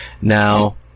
Now